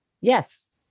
yes